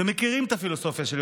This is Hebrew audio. מכירים את הפילוסופיה שלי,